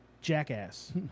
jackass